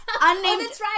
unnamed